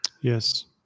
Yes